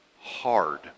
hard